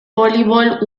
voleibol